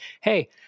hey